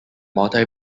multi